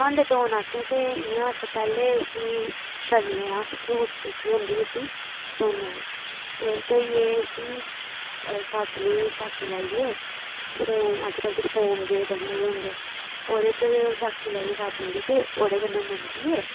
भांडे धोन आस्तै ते इ'यां अस पैह्ले उसी छल्लने आं झुठ जेह्की होंदी उसी धोन्ने आं ते धोइयै उसी साबनै गी झाकी लाइयै जेह्की फोम अज्जकल ते फोम जेह् बने दे हुंदे ओह्दे च झाकी लाइयै साबन दी ते ओह्दे कन्नै मांजियै